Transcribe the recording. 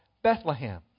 Bethlehem